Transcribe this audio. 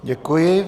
Děkuji.